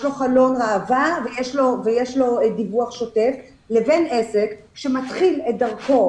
יש לו חלון ראווה ויש לו דיווח שוטף לבין עסק שמתחיל את דרכו